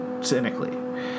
cynically